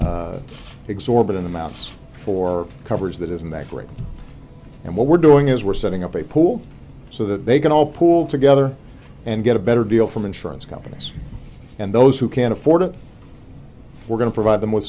paying exorbitant amounts for covers that isn't that great and what we're doing is we're setting up a pool so that they can all pool together and get a better deal from insurance companies and those who can't afford it we're going to provide them with